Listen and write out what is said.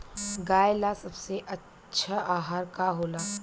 गाय ला सबसे अच्छा आहार का होला?